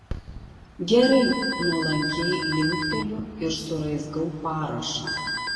gerai nuolankiai linkteliu ir suraizgau parašą